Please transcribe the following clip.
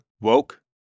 Woke